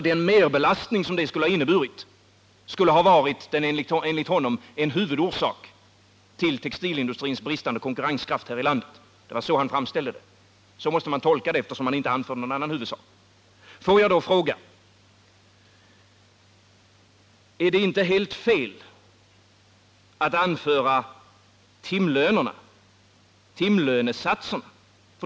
Den merbelastning som detta hade inneburit skulle enligt Hadar Cars ha varit huvudorsaken till den bristande konkurrenskraften hos textilindustrin här i landet. Så måste man tolka det, eftersom han inte angav någon annan huvudorsak. Får jag då fråga: Är det inte helt felaktigt att anföra timlönesatserna?